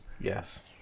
Yes